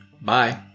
Bye